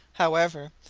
however,